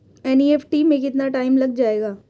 NEFT में कितना time लग जाएगा?